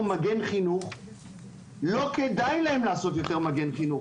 מגן חינוך לא כדאי להם לעשות יותר מגן חינוך,